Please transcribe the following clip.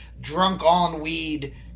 drunk-on-weed